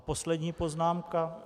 Poslední poznámka.